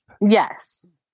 Yes